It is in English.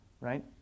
right